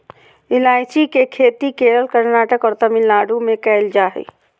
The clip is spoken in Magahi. ईलायची के खेती केरल, कर्नाटक और तमिलनाडु में कैल जा हइ